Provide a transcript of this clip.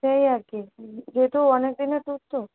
সেই আরকি যেহেতু অনেকদিনের ট্যুর তো